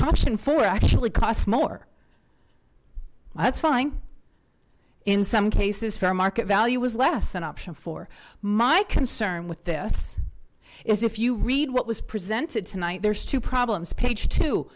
option for actually costs more that's fine in some cases fair market value was less an option for my concern with this is if you read what was presented tonight there's two problems page two